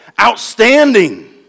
outstanding